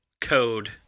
code